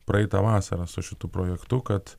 praeitą vasarą su šitu projektu kad